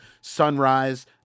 Sunrise